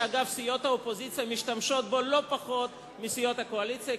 שאגב סיעות האופוזיציה משתמשות בו לא פחות מסיעות הקואליציה,